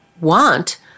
want